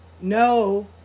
No